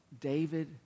David